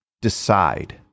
decide